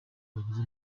bageze